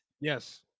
Yes